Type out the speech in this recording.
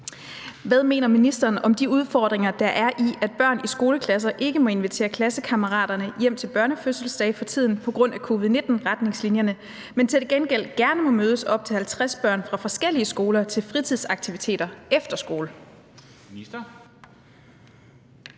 Hvad mener ministeren om de udfordringer, der er i, at børn i skoleklasser ikke må invitere klassekammeraterne hjem til børnefødselsdage for tiden på grund af covid-19-retningslinjerne, men til gengæld gerne må mødes op til 50 børn fra forskellige skoler til fritidsaktiviteter efter skole?